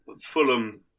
Fulham